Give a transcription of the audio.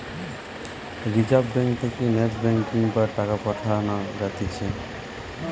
reserve bank থেকে NEFT banking বা টাকা পাঠান যাতিছে